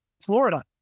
Florida